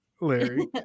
Larry